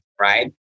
right